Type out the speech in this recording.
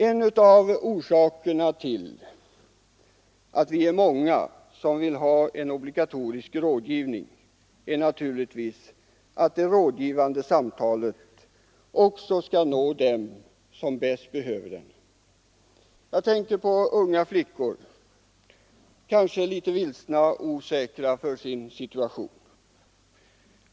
En av orsakerna till att vi är många som vill ha en obligatorisk rådgivning är naturligtvis att det rådgivande samtalet också skall nå dem som bäst behöver det. Jag tänker på unga flickor kanske litet vilsna och osäkra inför sin situation.